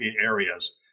areas